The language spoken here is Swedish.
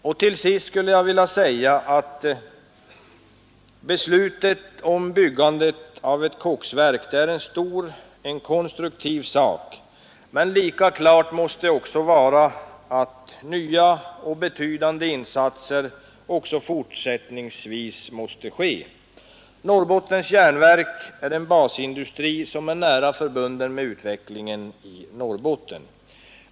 Fill sist skulle jag vilja säga att beslutet om byggandet av ett koksverk är en stor och konstruktiv sak, men lika klart är också att nya och betydande insatser även fortsättningsvis måste gö Norrbottens järnverk är en basindustri nära förbunden med utvecklingen i Norrbotten.